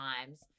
times